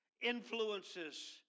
influences